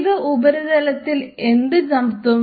ഇത് ഉപരിതലത്തിൽ എന്തു നടത്തും